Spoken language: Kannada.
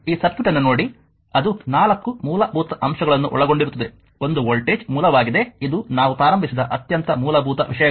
ಈ ಸರ್ಕ್ಯೂಟ್ ಅನ್ನು ನೋಡಿ ಅದು ನಾಲ್ಕು ಮೂಲಭೂತ ಅಂಶಗಳನ್ನು ಒಳಗೊಂಡಿರುತ್ತದೆ ಒಂದು ವೋಲ್ಟೇಜ್ ಮೂಲವಾಗಿದೆ ಇದು ನಾವು ಪ್ರಾರಂಭಿಸಿದ ಅತ್ಯಂತ ಮೂಲಭೂತ ವಿಷಯಗಳು